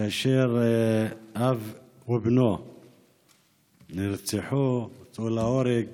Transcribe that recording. כאשר אב ובנו נרצחו, הוצאו להורג